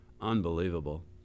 Unbelievable